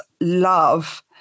love